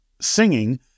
singing